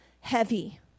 heavy